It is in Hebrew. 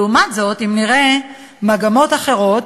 לעומת זאת, אם נראה מגמות אחרות,